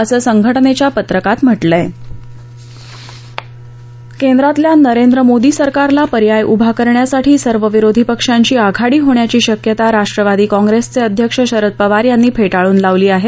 असं संघटनेच्या पत्रकात म्हटलंय केंद्रातल्या नरेंद्र मोदी सरकारला पर्याय उभा करण्यासाठी सर्व विरोधी पक्षांची आघाडी होण्याची शक्यता राष्ट्रवादी काँग्रेसचे अध्यक्ष शरद पवार यांनी फेटाळून लावली आहे